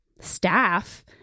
staff